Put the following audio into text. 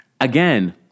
Again